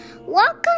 Welcome